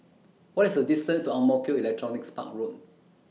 What IS The distance to Ang Mo Kio Electronics Park Road